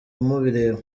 mubireba